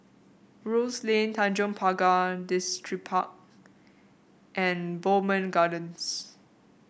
Rose Lane Tanjong Pagar Distripark and Bowmont Gardens